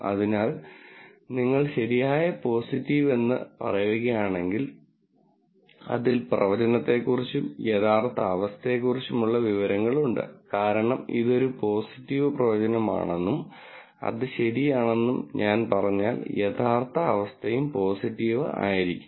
അതിനാൽ നിങ്ങൾ ശരിയായ പോസിറ്റീവ് എന്ന് പറയുകയാണെങ്കിൽ അതിൽ പ്രവചനത്തെക്കുറിച്ചും യഥാർത്ഥ അവസ്ഥയെക്കുറിച്ചും ഉള്ള വിവരങ്ങൾ ഉണ്ട് കാരണം ഇത് ഒരു പോസിറ്റീവ് പ്രവചനമാണെന്നും അത് ശരിയാണെന്നും ഞാൻ പറഞ്ഞാൽ യഥാർത്ഥ അവസ്ഥയും പോസിറ്റീവ് ആയിരിക്കണം